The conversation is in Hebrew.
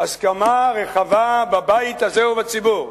הסכמה רחבה בבית הזה ובציבור,